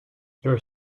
your